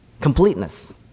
Completeness